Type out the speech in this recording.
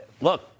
Look